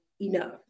enough